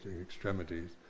extremities